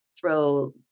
throw